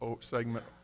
segment